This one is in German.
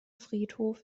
friedhof